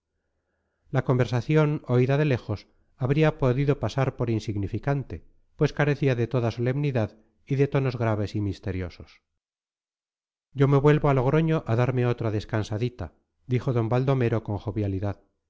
la conversación oída de lejos habría podido pasar por insignificante pues carecía de toda solemnidad y de tonos graves y misteriosos yo me vuelvo a logroño a darme otra descansadita dijo d baldomero con jovialidad